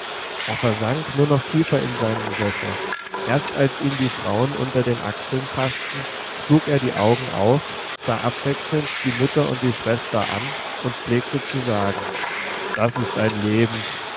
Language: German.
er versank nur noch tiefer in seinen sessel erst als ihn die frauen unter den achseln faßten schlug er die augen auf sah abwechselnd die mutter und die schwester an und pflegte zu sagen das ist ein leben